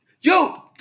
yo